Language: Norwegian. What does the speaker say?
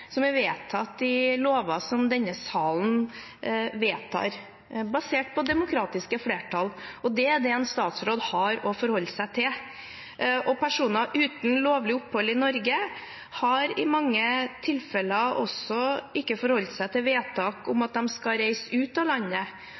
som er nedfelt i lover som denne salen vedtar, basert på demokratisk flertall, og det er det en statsråd har å forholde seg til. Personer uten lovlig opphold i Norge har i mange tilfeller heller ikke forholdt seg til vedtak om at de skal reise ut av landet,